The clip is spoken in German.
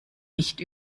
nicht